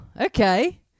Okay